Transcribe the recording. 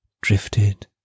drifted